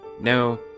No